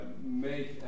make